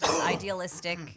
idealistic